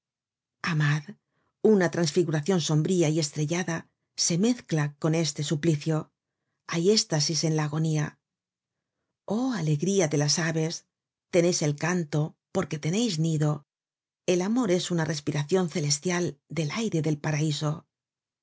amad una transfiguracion sombría y estrellada se mezcla con este suplicio hay éstasis en la agonía oh alegría de las aves teneis el canto porque teneis nido el amor es una respiracion